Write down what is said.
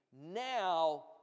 Now